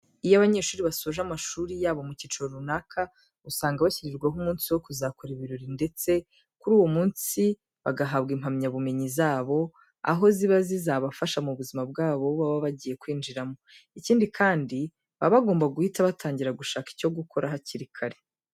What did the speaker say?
Iyo abanyeshuri basoje amashuri yabo mu kiciro runaka, usanga bashyirirwaho umunsi wo kuzakora ibirori ndetse kuri uwo munsi bagahabwa impamyabumenyi zabo, aho ziba zizabafasha mu buzima bwabo baba bagiye kwinjiramo. Ikindi kandi, baba bagomba guhita batangira gushaka icyo gukora hakiri kare.